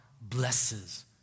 blesses